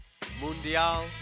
Mundial